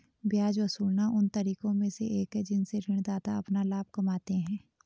ब्याज वसूलना उन तरीकों में से एक है जिनसे ऋणदाता अपना लाभ कमाते हैं